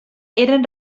eren